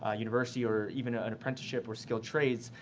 ah university or even ah an apprenticeship or skilled trades.